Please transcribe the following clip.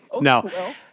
no